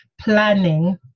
Planning